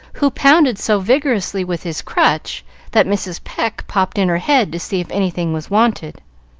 who pounded so vigorously with his crutch that mrs. pecq popped in her head to see if anything was wanted.